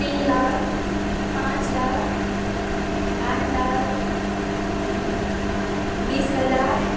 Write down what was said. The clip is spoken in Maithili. तीन लाख पाँच लाख आठ लाख बीस हजार